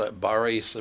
Barry